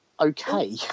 okay